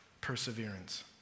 perseverance